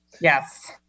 Yes